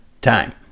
time